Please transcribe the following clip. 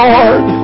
Lord